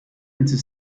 into